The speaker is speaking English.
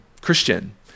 Christian